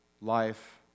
life